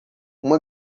uma